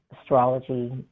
astrology